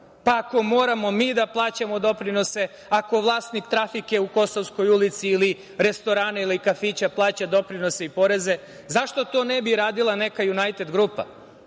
Pa, ako moramo mi da plaćamo doprinose, ako vlasnik trafike u Kosovskoj ulici ili restorana ili kafića plaća doprinose i poreze, zašto to ne bi radila neka „Junajted grupa“?